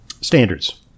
standards